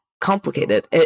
complicated